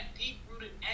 deep-rooted